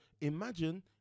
imagine